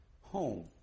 home